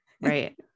Right